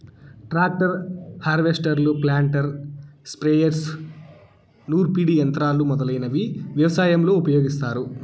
tractor, హార్వెస్టర్లు, planter, sprayers, నూర్పిడి యంత్రాలు మొదలైనవి వ్యవసాయంలో ఉపయోగిస్తారు